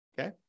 Okay